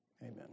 amen